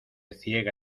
ciega